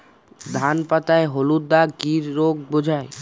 ধান পাতায় হলুদ দাগ কি রোগ বোঝায়?